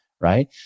right